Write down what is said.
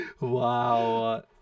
wow